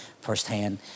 firsthand